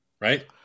Right